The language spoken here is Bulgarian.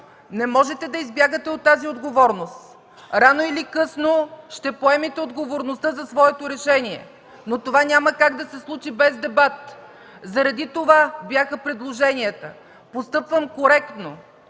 не можете да избягате от тази отговорност. Рано или късно ще поемете отговорността за своето решение, но това няма как да се случи без дебат, заради това бяха предложенията. Постъпвам коректно